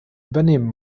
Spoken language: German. übernehmen